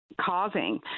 causing